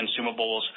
consumables